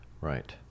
Right